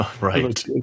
Right